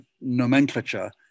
nomenclature